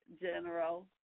General